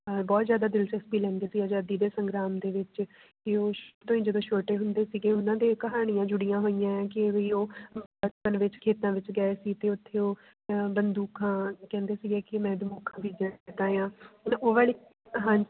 ਬਹੁਤ ਜ਼ਿਆਦਾ ਦਿਲਚਸਪੀ ਲੈਂਦੇ ਸੀ ਆਜ਼ਾਦੀ ਦੇ ਸੰਗਰਾਮ ਦੇ ਵਿੱਚ ਜੋ ਜਦੋਂ ਛੋਟੇ ਹੁੰਦੇ ਸੀ ਉਹਨਾਂ ਦੇ ਕਹਾਣੀਆਂ ਜੁੜੀਆਂ ਹੋਈਆਂ ਹੈ ਕਿ ਬਈ ਉਹ ਬਚਪਨ ਵਿੱਚ ਖੇਤਾਂ ਵਿੱਚ ਗਏ ਸੀ ਅਤੇ ਉੱਥੇ ਉਹ ਬੰਦੂਕਾਂ ਕਹਿੰਦੇ ਸੀਗੇ ਕਿ ਮੈਂ ਬੰਦੂਕਾਂ ਬੀਜਣ ਲੱਗਾ ਹਾਂ ਉਹ ਵਾਲੀ ਹਾਂਜੀ